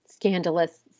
Scandalous